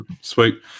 Sweet